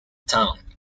town